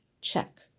check